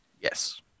Yes